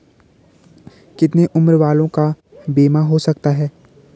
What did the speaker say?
कितने उम्र वालों का बीमा हो सकता है?